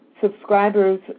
Subscribers